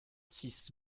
six